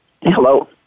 Hello